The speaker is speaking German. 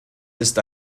ist